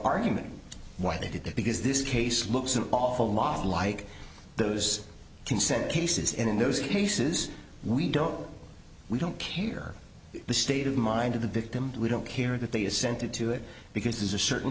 argument why they did that because this case looks an awful lot like those consent cases in those cases we don't we don't care the state of mind of the victim we don't care that they assented to it because there's a certain